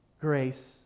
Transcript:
grace